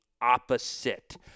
opposite